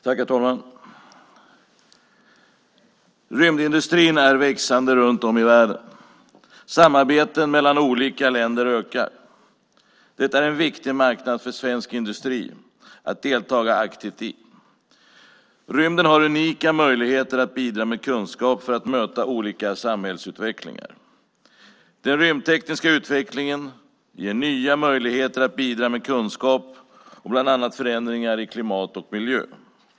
Herr talman! Rymdindustrin växer runt om i världen. Samarbeten mellan olika länder ökar. Det är en viktig marknad för svensk industri att delta aktivt i. Rymden har unika möjligheter att bidra med kunskap för att möta olika samhällsutvecklingar. Den rymdtekniska utvecklingen ger nya möjligheter att bidra med kunskap om bland annat förändringar i klimat och miljö.